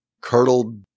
Curdled